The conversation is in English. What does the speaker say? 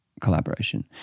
collaboration